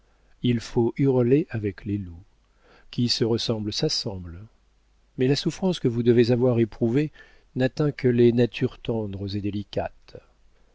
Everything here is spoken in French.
il faut hurler avec les loups qui se ressemble s'assemble mais la souffrance que vous devez avoir éprouvée n'atteint que les natures tendres et délicates